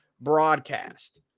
broadcast